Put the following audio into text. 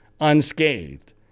unscathed